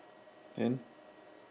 then